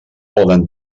poden